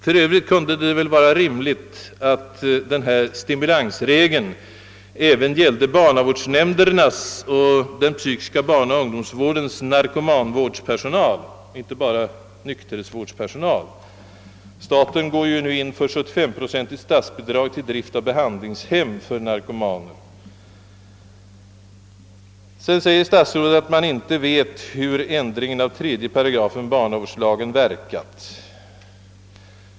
För övrigt kunde det väl vara rimligt att stimulansregeln avsåg inte bara nykterhetsvårdspersonal utan även barnavårdsnämndernas och den psykiska barnaoch ungdomsvårdens narkomanvårdspersonal. Staten har ju nu gått in för ett 75-procentigt statsbidrag till t.ex. drift av behandlingshem för narkomaner. Vidare säger statsrådet i svaret att man inte vet hur ändringen av 3 8 barnavårdslagen verkat.